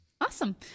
Awesome